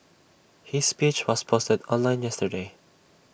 his speech was posted online yesterday